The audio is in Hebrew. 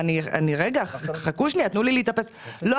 אמרו לו,